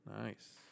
Nice